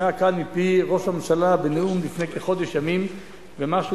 שנשמעה כאן מפי ראש הממשלה בנאום לפני כחודש ימים ומשהו,